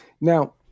Now